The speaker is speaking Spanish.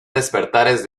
despertares